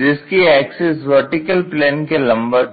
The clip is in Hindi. जिसकी एक्सिस वर्टिकल प्लेन के लंबवत है